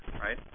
right